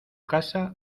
casa